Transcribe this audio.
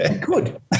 Good